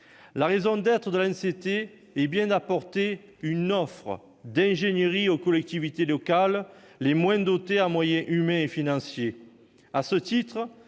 La raison d'être de l'ANCT est bien d'apporter une offre d'ingénierie aux collectivités locales les moins dotées en moyens humains et financiers.